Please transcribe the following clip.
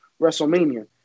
WrestleMania